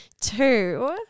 Two